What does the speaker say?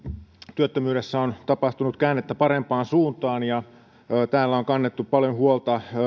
työttömyydessä on tapahtunut käännettä parempaan suuntaan täällä on kannettu paljon huolta